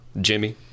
Jimmy